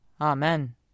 Amen